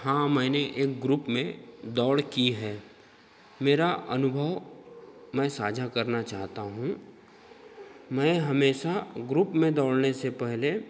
हाँ मैंने एक ग्रुप में दौड़ की है मेरा अनुभव मैं साझा करना चाहता हूँ मैं हमेशा ग्रुप में दौड़ने से पहले